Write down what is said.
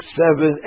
seven